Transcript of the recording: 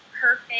perfect